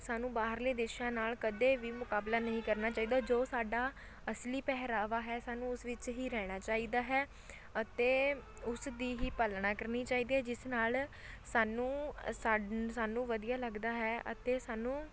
ਸਾਨੂੰ ਬਾਹਰਲੇ ਦੇਸ਼ਾਂ ਨਾਲ ਕਦੇ ਵੀ ਮੁਕਾਬਲਾ ਨਹੀਂ ਕਰਨਾ ਚਾਹੀਦਾ ਜੋ ਸਾਡਾ ਅਸਲੀ ਪਹਿਰਾਵਾ ਹੈ ਸਾਨੂੰ ਉਸ ਵਿੱਚ ਹੀ ਰਹਿਣਾ ਚਾਹੀਦਾ ਹੈ ਅਤੇ ਉਸ ਦੀ ਹੀ ਪਾਲਣਾ ਕਰਨੀ ਚਾਹੀਦੀ ਹੈ ਜਿਸ ਨਾਲ ਸਾਨੂੰ ਅ ਸਡ ਸਾਨੂੰ ਵਧੀਆ ਲੱਗਦਾ ਹੈ ਅਤੇ ਸਾਨੂੰ